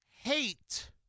hate